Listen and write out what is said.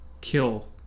kill